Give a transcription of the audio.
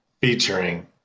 featuring